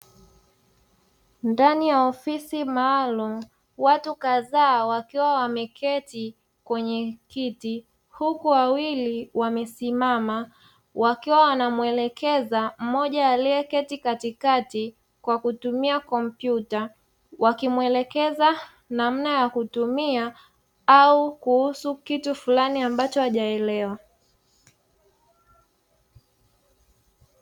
Ndani ya ofisi maalumu, watu kadhaa wakiwa wameketi kwenye kiti huku wawili wamesimama wakiwa wanamuelekeza mmoja alieketi katikati kwa kutumia kompyuta, wakimwelekeza namna ya kutumia au kuhusu kitu flani ambacho hajaelewa.